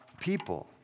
people